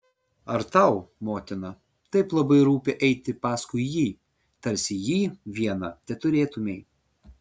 ar tau motina taip labai rūpi eiti paskui jį tarsi jį vieną teturėtumei